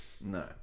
No